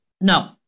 No